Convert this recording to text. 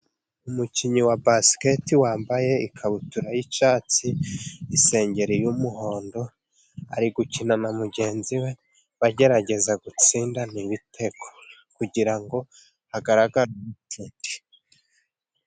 Umukinnyi wa basiketi wambaye ikabutura y'icyatsi, isengeri y'umuhondo, ari gukina na mugenzi we, bagerageza gutsindana ibitego kugirango agaragare...